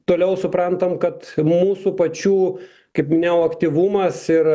toliau suprantam kad mūsų pačių kaip neoaktyvumas ir